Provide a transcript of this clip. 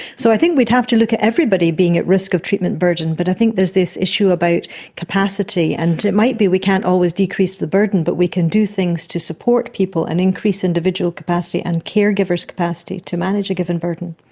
so i think we would have to look at everybody being at risk of treatment burden, but i think there is this issue about capacity, and it might be we can't always decrease the burden but we can do things to support people and increase individual capacity and caregivers' capacity to manage a given burden.